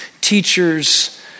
teachers